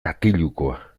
katilukoa